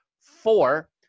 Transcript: Four